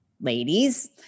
ladies